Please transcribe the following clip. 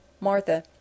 Martha